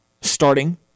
starting